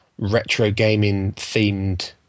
retro-gaming-themed